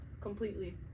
completely